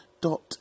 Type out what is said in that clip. dot